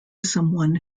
someone